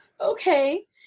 Okay